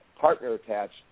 partner-attached